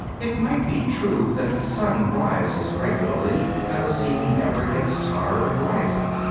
it might be true that the sun rises regularly because he never gets tired of rising.